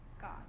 God